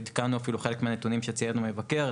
ועדכנו אפילו חלק מהנתונים שציין המבקר,